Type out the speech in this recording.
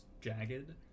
jagged